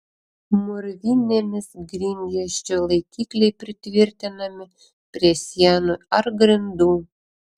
mūrvinėmis grindjuosčių laikikliai pritvirtinami prie sienų ar grindų